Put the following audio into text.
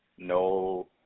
No